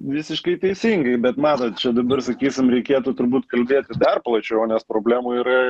visiškai teisingai bet matot čia dabar sakysim reikėtų turbūt kalbėti dar plačiau nes problemų yra